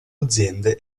aziende